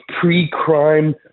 pre-crime